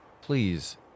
please